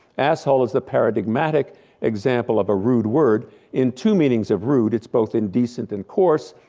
asshole is the paradigmatic example of a rude word in two meanings of rude, it's both indecent and course,